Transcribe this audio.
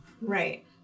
Right